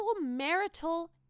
marital